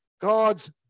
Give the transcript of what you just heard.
God's